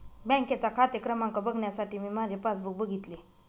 बँकेचा खाते क्रमांक बघण्यासाठी मी माझे पासबुक बघितले